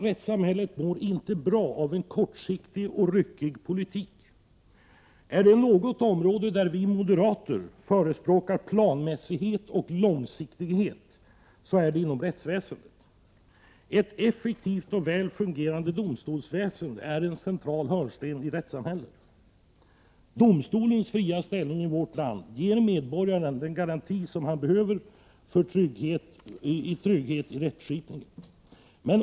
Rättssamhället mår inte bra av en kortsiktig och ryckig politik. Är det något område där vi moderater förespråkar planmässighet och långsiktighet så är det inom rättsväsendet. Ett effektivt och väl fungerande domstolsväsende är en central hörnsten i rättssamhället. Domstolarnas fria ställning i vårt land ger medborgarna den garanti som behövs för trygghet i rättskipningen.